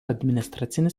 administracinis